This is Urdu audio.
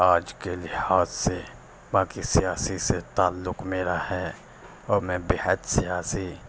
آج کے لحاظ سے باقی سیاسی سے تعلق میرا ہے اور میں بےحد سیاسی